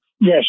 Yes